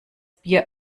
bier